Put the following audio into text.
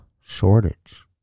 shortage